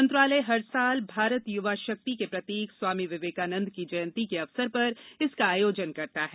मंत्रालय हर साल भारत युवा शक्ति के प्रतीक स्वानमी विवेकानन्द की जयंती के अवसर पर इसका आयोजन करता है